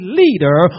leader